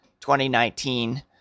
2019